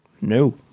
No